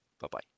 Bye-bye